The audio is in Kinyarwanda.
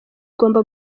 igomba